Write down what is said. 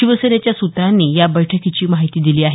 शिवसेनेच्या सुत्रांनी या बैठकीची माहिती दिली आहे